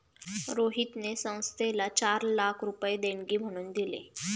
रोहितने संस्थेला चार लाख रुपये देणगी म्हणून दिले